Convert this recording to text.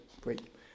great